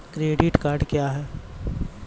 Credit card क्या हैं?